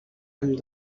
amb